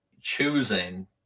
choosing